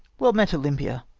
well met, olympia